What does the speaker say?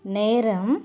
நேரம்